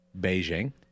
Beijing